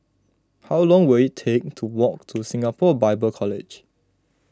how long will it take to walk to Singapore Bible College